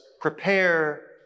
prepare